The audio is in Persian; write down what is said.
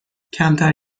کمتر